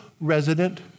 resident